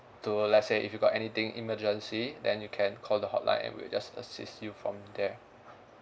to let's say if you got anything emergency then you can call the hotline and we'll just assist you from there